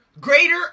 greater